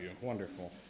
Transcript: wonderful